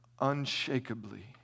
unshakably